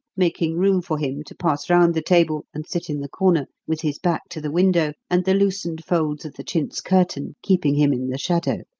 making room for him to pass round the table and sit in the corner, with his back to the window and the loosened folds of the chintz curtain keeping him in the shadow.